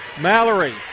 Mallory